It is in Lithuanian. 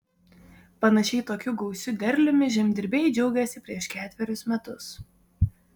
panašiai tokiu gausiu derliumi žemdirbiai džiaugėsi prieš ketverius metus